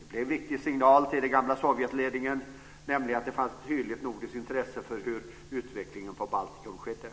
Det blev en viktig signal till den gamla sovjetledningen, nämligen att det fanns ett tydligt nordiskt intresse för hur utvecklingen på Baltikum skedde.